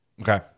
Okay